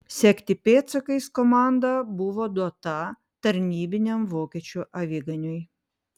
sekti pėdsakais komanda buvo duota tarnybiniam vokiečių aviganiui